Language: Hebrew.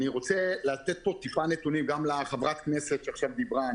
אני רוצה לתת גם נתונים לחברת כנסת שדיברה עכשיו,